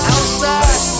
Outside